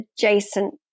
adjacent